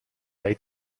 dai